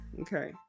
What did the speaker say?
Okay